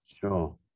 Sure